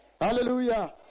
Hallelujah